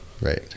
Right